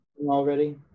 already